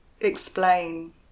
explain